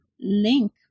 link